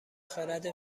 خرد